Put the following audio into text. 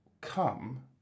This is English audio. come